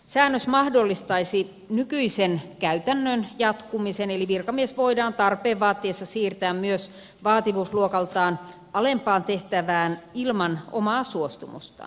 säännös mahdollistaisi nykyisen käytännön jatkumisen eli virkamies voidaan tarpeen vaatiessa siirtää myös vaativuusluokaltaan alempaan tehtävään ilman omaa suostumustaan